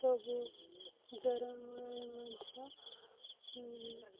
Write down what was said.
ସବୁ ଜ୍ୱର ହେଲେ ମଧ୍ୟ